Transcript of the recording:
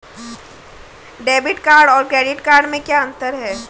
Debit card और credit card में क्या अंतर है?